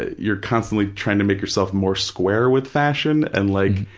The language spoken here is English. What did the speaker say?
you're constantly trying to make yourself more square with fashion and like,